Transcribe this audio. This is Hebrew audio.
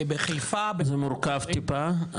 בחיפה --- זה מורכב טיפה,